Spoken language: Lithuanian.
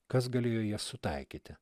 kas galėjo jas sutaikyti